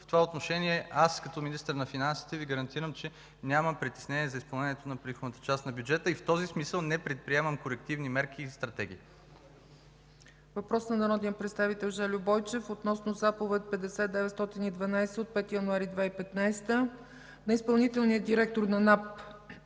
В това отношение като министър на финансите Ви гарантирам, че нямам притеснение за изпълнението на приходната част на бюджета и в този смисъл не предприемам корективни мерки или стратегии. ПРЕДСЕДАТЕЛ ЦЕЦКА ЦАЧЕВА: Въпрос на народния представител Жельо Бойчев относно Заповед № 50912 от 5 януари 2015 г. на изпълнителния директор на НАП